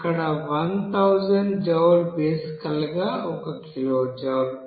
ఇక్కడ 1000 జూల్ బేసికల్ గా ఒక కిలోజౌల్